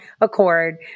accord